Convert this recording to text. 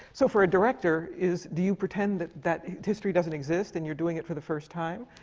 so for a director is, do you pretend that that history doesn't exist and you're doing it for the first time?